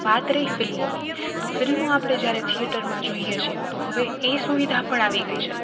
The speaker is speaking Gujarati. વાત રહી ફિલ્મોની તો ફિલ્મો આપણે જ્યારે થિએટરમાં જોઈએ છીએ તો હવે એ સુવિધા પણ આવી ગઈ છે